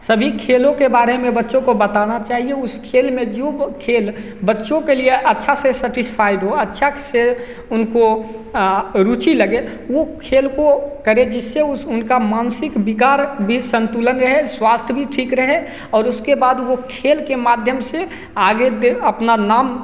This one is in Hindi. सभी खेलों के बारे में बच्चों को बताना चाहिए उस खेल में जो खेल बच्चों के लिए अच्छा से सैटिसफ़ाइड हो अच्छा से उनको आ रूचि लगे वो खेल को करे जिससे उस उनका मानसिक विकार भी संतुलन रहे स्वास्थ्य भी ठीक रहे और उसके बाद वो खेल के माध्यम से आगे दे अपना नाम